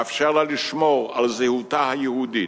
יאפשר לה לשמור על זהותה היהודית.